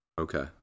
Okay